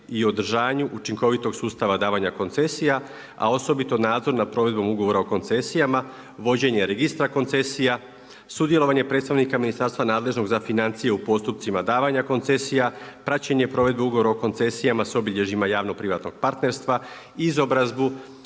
i održanju učinkovitog sustava davanja koncesija, a osobito nadzor nad provedbom ugovora o koncesijama, vođenje registra koncesija, sudjelovanje predstavnika ministarstva nadležno za financija u postupcima davanja koncesija, praćenje provedbe ugovora o koncesija s obilježjima javno privatnog partnerstva, izobrazbu,